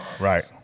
right